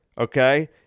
Okay